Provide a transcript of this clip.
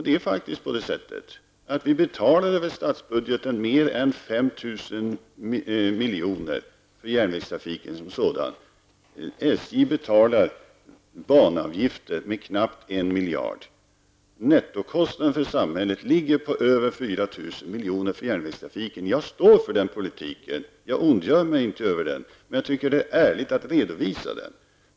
Det är faktiskt på det sättet att vi över statsbudgeten betalar mer än 5 000 milj.kr. för järnvägstrafiken som sådan. SJ betalar banavgifter med knappt en miljard. Nettokostnaden för samhället för järnvägstrafiken ligger alltså på över 4 000 miljoner. Jag står för den politiken -- jag ondgör mig inte över den, men jag tycker det är ärligt att redovisa den.